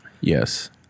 Yes